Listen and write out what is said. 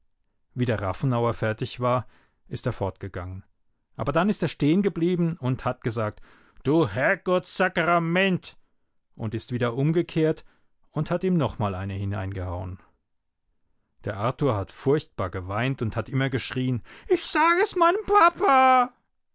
wie der rafenauer fertig war ist er fortgegangen aber dann ist er stehengeblieben und hat gesagt du herrgottsakerament und ist wieder umgekehrt und hat ihm nochmal eine hineingehauen der arthur hat furchtbar geweint und hat immer geschrien ich sage es meinem papa